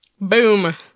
Boom